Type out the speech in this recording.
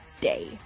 day